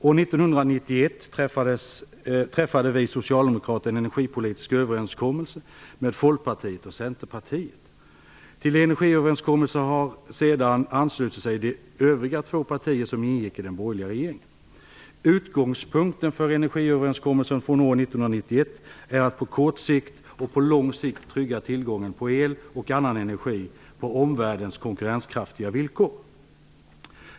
År 1991 träffade vi socialdemokrater en energipolitisk överenskommelse med Folkpartiet och Centerpartiet. Till energiöverenskommelsen har sedan anslutit sig de övriga två partier som ingick i den borgerliga regeringen. Utgångspunkten för energiöverenskommelsen från år 1991 är att på kort och lång sikt trygga tillgången på el och annan energi på omvärldens konkurrenskraftiga villkor.